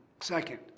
Second